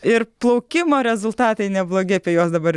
ir plaukimo rezultatai neblogi apie juos dabar